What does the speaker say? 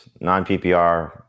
Non-PPR